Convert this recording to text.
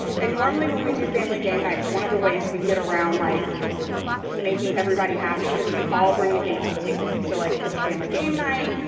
and normally when we do family game nights, one of the ways we get around, like making everybody happy is we all bring a game to the table. so like it's a family game night.